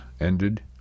ended